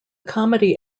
comedy